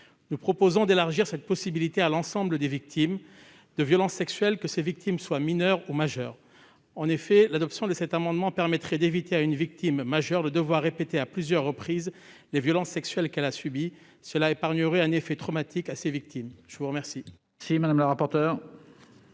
Nous proposons d'élargir cette possibilité à l'ensemble des victimes de violences sexuelles, que ces victimes soient mineures ou majeures. L'adoption de cet amendement permettrait d'éviter à une victime majeure d'avoir à relater à plusieurs reprises les violences sexuelles qu'elle a subies, lui épargnant l'effet traumatique d'une telle répétition.